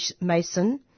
Mason